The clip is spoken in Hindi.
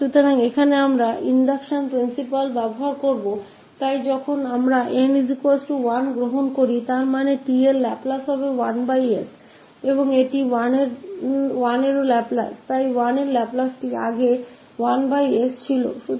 तो यहाँ हम induction principle उपयोग करेंगे तो जब हम लेते है n1 इसका मतलब है t का लाप्लास 1s है और यह लाप्लास 1 है तो हम यह लाप्लास 1 जानते है जो की 1s था